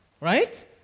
Right